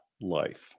life